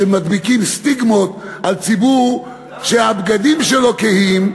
כשמדביקים סטיגמות על ציבור שהבגדים שלו כהים,